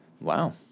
Wow